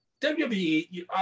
WWE